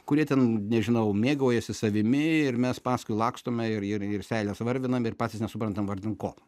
kurie ten nežinau mėgaujasi savimi ir mes paskui lakstome ir ir ir seiles varvinam ir patys nesuprantam vardan ko